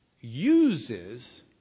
uses